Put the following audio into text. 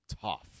tough